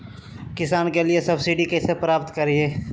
किसानों के लिए सब्सिडी कैसे प्राप्त करिये?